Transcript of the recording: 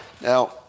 Now